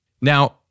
Now